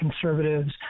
conservatives